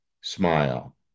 smile